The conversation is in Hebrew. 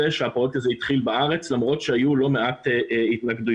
שהפרויקט הזה התחיל בארץ למרות שהיו לא מעט התנגדויות.